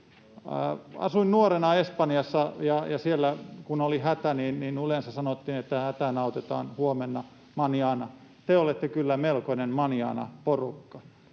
Asuin nuorena Espanjassa, ja siellä, kun oli hätä, yleensä sanottiin, että hätään autetaan huomenna, ’mañana’. Te olette kyllä melkoinen mañana-porukka.